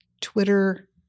Twitter